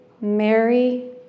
Mary